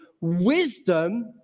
wisdom